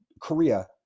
Korea